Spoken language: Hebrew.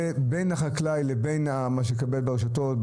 בין החקלאי לבין מה שמתקבל ברשתות,